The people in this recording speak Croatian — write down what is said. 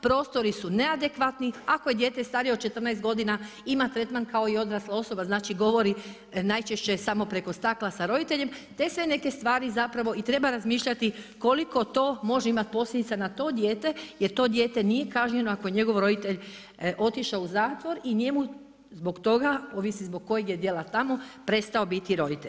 Prostori su neadekvatni, ako je dijete starije od 14 godina, ima tretman kao i odrasla osoba, znači govori najčešće samo preko stakla sa roditeljem, te sve neke stvari zapravo i treba razmišljati, koliko to može imati posljedica na to dijete, jer to dijete nije kažnjeno ako je njegov roditelj otišao u zatvor i njemu zbog toga, ovisi zbog koje je djela tamo, prestao biti roditelj.